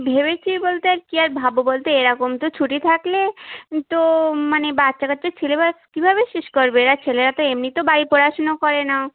ভেবেছি বলতে কী আর ভাবব বল তো এরকম তো ছুটি থাকলে তো মানে বাচ্চা কাচ্চা সিলেবাস কীভাবে শেষ করবে এরা ছেলেরা তো এমনিতেও বাড়ির পড়াশুনো করে না